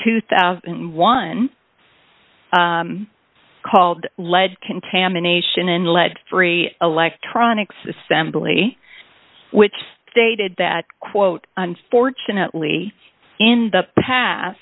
two thousand and one called lead contamination in lead free electronics assembly which stated that quote unfortunately in the past